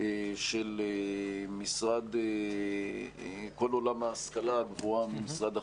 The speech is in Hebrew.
של כל עולם ההשכלה הגבוהה ממשרד החינוך.